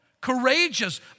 courageous